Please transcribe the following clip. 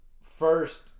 first